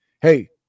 hey